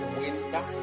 winter